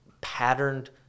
patterned